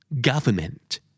Government